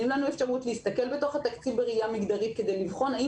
אפשרות להסתכל בתוך התקציב בראייה מגדרית כדי לבחון האם